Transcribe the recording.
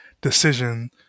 decision